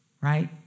right